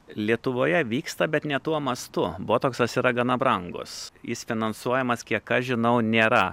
lietuvoje vyksta bet ne tuo mastu botoksas yra gana brangus jis finansuojamas kiek aš žinau nėra